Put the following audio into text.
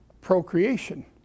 procreation